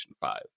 five